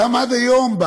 גם עד היום,